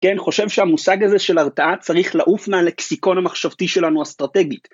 כן, חושב שהמושג הזה של הרתעה צריך לעוף לקסיקון המחשבתי שלנו, אסטרטגית.